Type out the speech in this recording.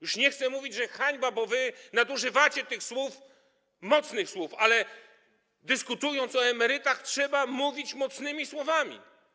Już nie chcę mówić, że hańba - to wy nadużywacie tych mocnych słów - ale dyskutując o emerytach, trzeba mówić mocnymi słowami.